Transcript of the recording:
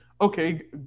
okay